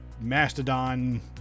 Mastodon